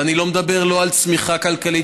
ואני לא מדבר על צמיחה כלכלית,